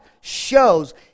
shows